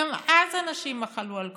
גם אז אנשים מחלו על כבודם,